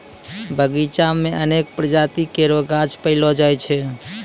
बगीचा म अनेक प्रजाति केरो गाछ पैलो जाय छै